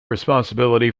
responsibility